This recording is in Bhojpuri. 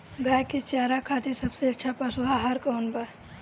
गाय के चारा खातिर सबसे अच्छा पशु आहार कौन बा?